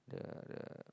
the the